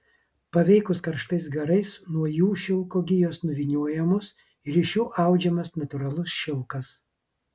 paveikus karštais garais nuo jų šilko gijos nuvyniojamos ir iš jų audžiamas natūralus šilkas